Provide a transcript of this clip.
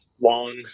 long